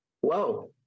Whoa